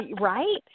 Right